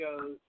goes